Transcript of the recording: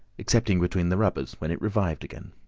excepting between the rubbers, when it revived again.